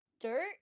Dirt